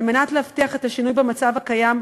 על מנת להבטיח את השינוי במצב הקיים,